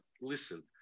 listen